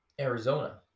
Arizona